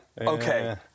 okay